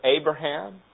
Abraham